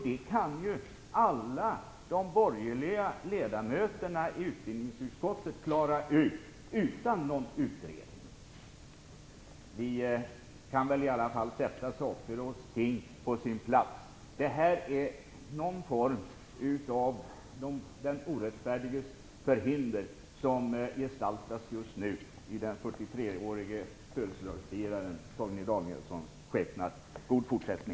Det kan ju alla de borgerliga ledamöterna i utbildningsutskottet klara ut utan någon utredning. Vi kan väl i alla fall sätta saker och ting på sin plats. Detta är någon form av den orättfärdiges förhinder som gestaltas just nu i den 43-årige födelsedagsfiraren